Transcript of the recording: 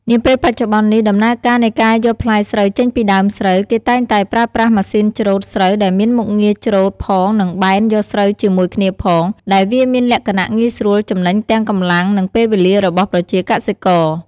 នាពេលបច្ចុប្បន្ននេះ ដំណើរការនៃការយកផ្លែស្រូវចេញពីដើមស្រូវ គេតែងតែប្រើប្រម៉ាស៊ីនច្រូតស្រូវដែលមានមុខងារច្រូតផងនិងបែនយកស្រូវជាមួយគ្នាផង ដែលវាមានលក្ខណៈងាយស្រួលចំណេញទាំងកម្លាំងនិងពេលវេលារបស់ប្រជាកសិករ។